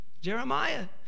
Jeremiah